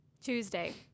Tuesday